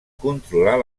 controlar